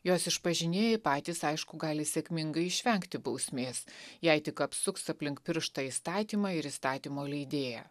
jos išpažinėjai patys aišku gali sėkmingai išvengti bausmės jei tik apsuks aplink pirštą įstatymą ir įstatymo leidėją